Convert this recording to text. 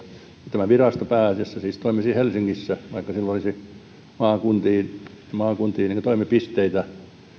tämä virasto pääasiassa siis toimisi helsingissä vaikka sillä olisi maakunnissa toimipisteitä